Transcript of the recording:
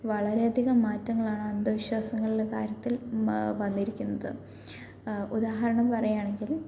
വളരെയധികം മാറ്റങ്ങളാണ് അന്ധവിശ്വാസങ്ങളുടെ കാര്യത്തിൽ വന്നിരിക്കുന്നത് ഉദാഹരണം പറയുകയാണെങ്കിൽ